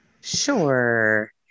Sure